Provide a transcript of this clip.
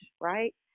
right